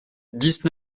dix